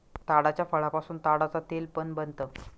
ताडाच्या फळापासून ताडाच तेल पण बनत